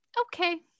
okay